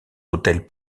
autels